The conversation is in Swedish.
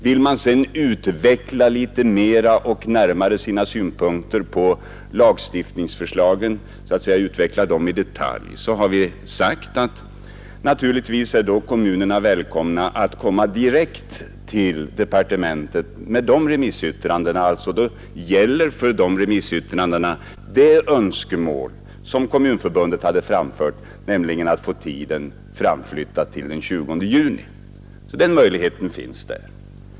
Vill man sedan litet mer i detalj utveckla sina synpunkter på lagförslagen är, har vi sagt, naturligtvis kommunerna välkomna att direkt till departementet avge sådana remissyttranden. Då gäller för dessa remissyttranden det önskemål som Kommunförbundet hade framfört, nämligen att tiden skall framflyttas till den 20 juni. Den möjligheten finns.